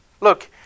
look